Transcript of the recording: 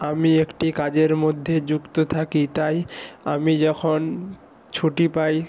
আমি একটি কাজের মধ্যে যুক্ত থাকি তাই আমি যখন ছুটি পাই